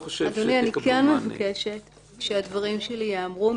אדוני, אני מבקשת שהדברים שלי ייאמרו.